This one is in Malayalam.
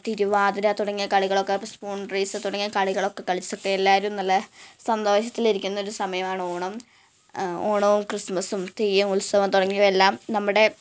തിരുവാതിര തുടങ്ങിയ കളികളൊക്കെ സ്പൂണ് റെയിസ് തുടങ്ങിയ കളികളൊക്കെ കളിച്ചോക്കെ എല്ലാവരും നല്ല സന്തോഷത്തിലിരിക്കുന്ന ഒരു സമയമാണ് ഓണം ഓണവും ക്രിസ്തുമസും തെയ്യം ഉത്സവം തുടങ്ങിയവയെല്ലാം നമ്മുടെ